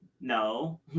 No